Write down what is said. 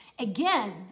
Again